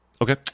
Okay